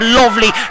lovely